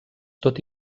tot